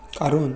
কারণ